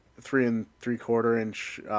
three-and-three-quarter-inch